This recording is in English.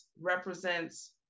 represents